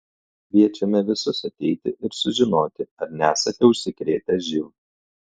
kviečiame visus ateiti ir sužinoti ar nesate užsikrėtę živ